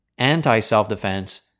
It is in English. anti-self-defense